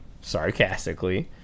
Sarcastically